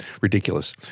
ridiculous